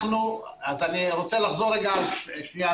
אני רוצה לחזור על דבריי.